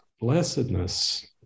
blessedness